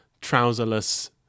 trouserless